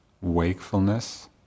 wakefulness